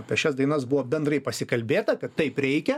apie šias dainas buvo bendrai pasikalbėta kad taip reikia